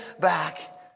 back